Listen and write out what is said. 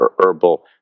herbal